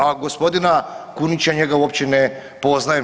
A gospodina Kunića njega uopće ne poznajem.